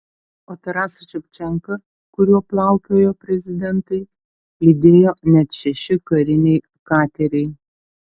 o tarasą ševčenką kuriuo plaukiojo prezidentai lydėjo net šeši kariniai kateriai